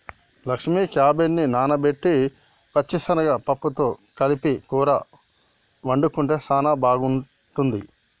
లక్ష్మీ క్యాబేజిని నానబెట్టిన పచ్చిశనగ పప్పుతో కలిపి కూర వండుకుంటే సానా బాగుంటుంది